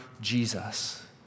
Jesus